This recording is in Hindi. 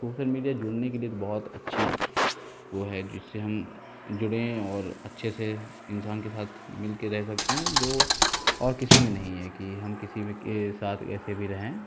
सोसल मीडिया जुड़ने के लिए तो बहुत अच्छी वो है जिससे हम जुड़ें और अच्छे से इंसान के साथ मिलके रहे सकते हैं जो और किसी में नहीं है कि हम किसी भी के साथ कैसे भी रहें